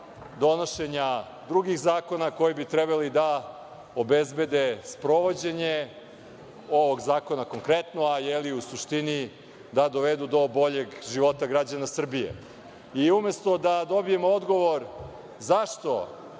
donošenja drugih zakona koji bi trebali da obezbede sprovođenje ovog zakona konkretno, a u suštini da dovedu do boljeg života građana Srbije. Umesto da dobijem odgovor zašto